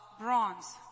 bronze